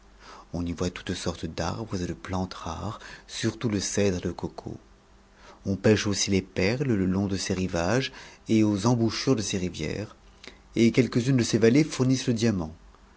on y voit toutes sortes d'arbres et de plantes rares surtout le cèdre et le coco ou pêche aussi les perles le long de ses rivages et aux embouchures de ses rivières et quelques-unes de ses vahées fournissent le diamant